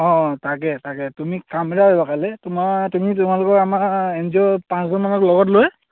অঁ তাকে তাকে তুমি তোমাৰ তুমি তোমালোকৰ আমাৰ এন জি অ'ৰ পাঁচজনমানক লগত লৈ